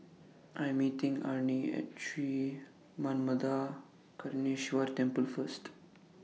I Am meeting Arnie At Sri Manmatha Karuneshvarar Temple First